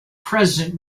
present